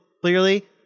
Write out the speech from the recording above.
clearly